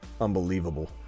unbelievable